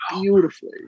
beautifully